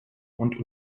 und